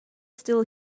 still